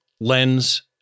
lens